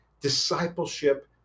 discipleship